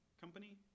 company